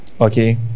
Okay